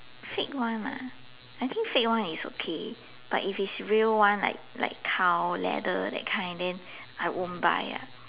fake one lah I think fake one is okay but if it's real one like like cow leather that kind then I won't buy